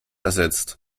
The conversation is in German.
ersetzt